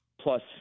plus